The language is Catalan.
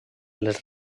les